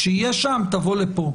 כשיהיה שם, תבוא לפה.